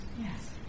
Yes